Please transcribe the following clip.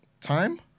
Time